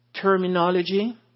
terminology